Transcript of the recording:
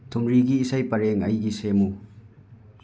ꯊꯨꯝꯔꯤꯒꯤ ꯏꯁꯩ ꯄꯔꯦꯡ ꯑꯩꯒꯤ ꯁꯦꯝꯃꯨ